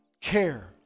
care